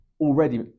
already